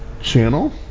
channel